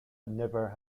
never